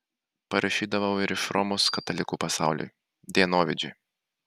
parašydavau ir iš romos katalikų pasauliui dienovidžiui